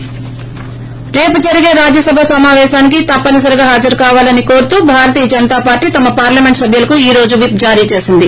break రేపు జరిగే రాజ్యసభ సమావేశానికి తప్పనిసరిగా హాజరుకావాలని కోరుతూ భారతీయ జనతా పార్లీ తమ పార్లమెంట్ సభ్యులకు ఈ రోజు విప్ జారీ చేసింది